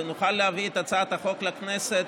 ונוכל להביא את הצעת החוק לכנסת,